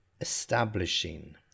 Establishing